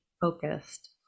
focused